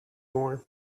more